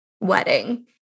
wedding